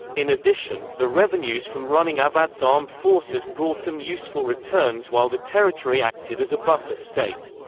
in addition, the revenues from running awadh's armed forces brought them useful returns while the territory acted as a buffer state.